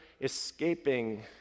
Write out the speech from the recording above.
escaping